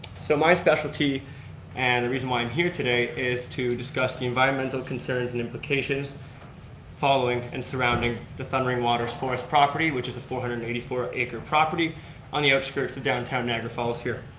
so my specialty and the reason why i'm here today is to discuss the environmental concerns and implications following and surrounding the thundering waters forest property which is a four hundred and eighty four acre property on the outskirts of downtown niagara falls here.